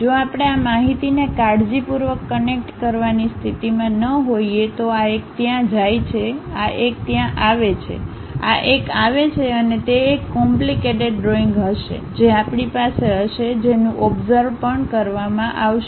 જો આપણે આ માહિતીને કાળજીપૂર્વક કનેક્ટ કરવાની સ્થિતિમાં ન હોઈએ તો આ એક ત્યાં જાય છે આ એક ત્યાં આવે છે આ એક આવે છે અને તે એક કોમ્પ્લિકેટેડ ડ્રોઈંગ હશે જે આપણી પાસે હશે જેનું ઓબ્ઝર્વ પણ કરવામાં આવશે